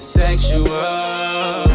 sexual